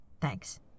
Thanks